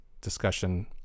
discussion